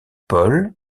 paul